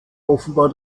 offenbar